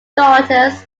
daughters